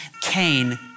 Cain